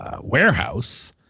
warehouse